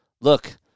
Look